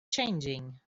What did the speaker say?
changing